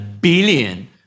billion